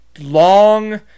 long